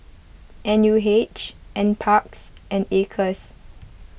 N U H N Parks and Acres